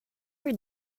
her